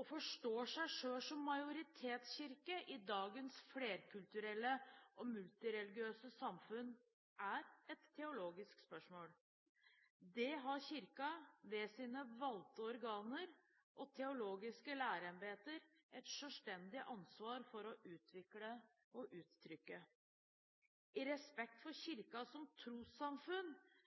og forstår seg selv som majoritetskirke i dagens flerkulturelle og multireligiøse samfunn, er et teologisk spørsmål. Det har Kirken, ved sine valgte organer og teologiske læreembeter, et selvstendig ansvar for å utvikle og uttrykke. I respekt for Kirken som trossamfunn